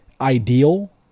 ideal